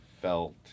felt